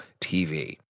TV